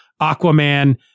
Aquaman